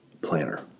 planner